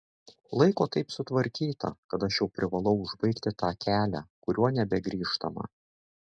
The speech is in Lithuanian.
laiko taip sutvarkyta kad aš jau privalau užbaigti tą kelią kuriuo nebegrįžtama